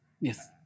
Yes